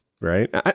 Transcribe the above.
right